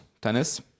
tennis